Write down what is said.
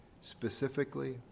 specifically